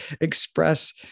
express